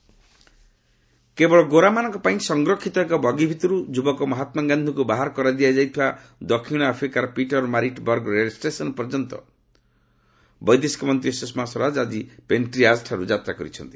Swaraj Gandhi train କେବଳ ଗୋରାମାନଙ୍କ ପାଇଁ ସଂରକ୍ଷିତ ଏକ ବଗି ଭିତର୍ ଯୁବକ ମହାତ୍ଲା ଗାନ୍ଧିଙ୍କୁ ବାହାର କରିଦିଆଯାଇଥିବା ଦକ୍ଷିଣ ଆଫ୍ରିକାର ପିଟର ମାରିଟ୍ ବର୍ଗ ରେଳ ଷ୍ଟେସନ୍ ପର୍ଯ୍ୟନ୍ତ ବୈଦେଶିକ ମନ୍ତ୍ରୀ ସୁଷମା ସ୍ୱରାଜ ଆଜି ପେଷ୍ଟିଆଜ୍ଠାର୍ ଯାତ୍ରା କରିଛନ୍ତି